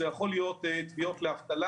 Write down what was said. אלה יכולות להיות תביעות לאבטלה,